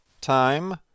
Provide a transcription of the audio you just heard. time